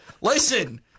Listen